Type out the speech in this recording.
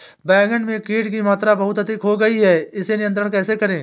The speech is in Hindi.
बैगन में कीट की मात्रा बहुत अधिक हो गई है इसे नियंत्रण कैसे करें?